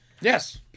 Yes